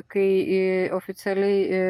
kai oficialiai